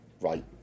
right